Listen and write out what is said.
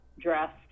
dressed